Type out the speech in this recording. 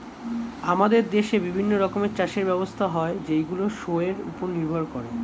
আমাদের দেশে বিভিন্ন রকমের চাষের ব্যবস্থা হয় যেইগুলো শোয়ের উপর নির্ভর করে